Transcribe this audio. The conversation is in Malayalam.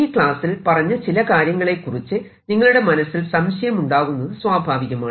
ഈ ക്ലാസ്സിൽ പറഞ്ഞ ചില കാര്യങ്ങളെ കുറിച്ച് നിങ്ങളുടെ മനസ്സിൽ സംശയമുണ്ടാകുന്നത് സ്വാഭാവികമാണ്